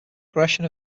progression